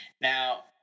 Now